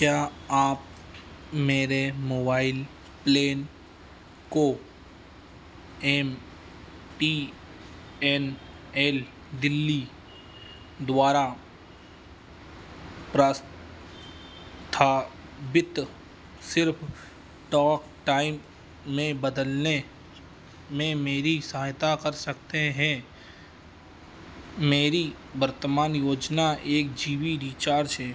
क्या आप मेरे मोबाइल प्लेन को M T N L Delhi द्वारा प्रस्तावित सिर्फ़ टॉकटाइम में बदलने में मेरी सहायता कर सकते हैं मेरी वर्तमान योजना एक जी बी रिचार्ज है